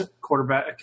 quarterback